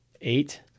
eight